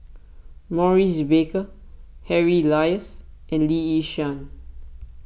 Maurice Baker Harry Elias and Lee Yi Shyan